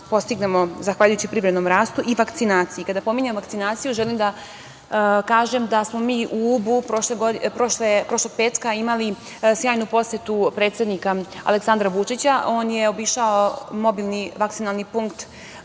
postignemo zahvaljujući privrednom rastu i vakcinaciji. Kada pominjem vakcinaciju, želim da kažem da smo mi u Ubu prošlog petka imali sjajnu posetu predsednika Aleksandra Vučića. On je obišao mobilni vakcinalni punkt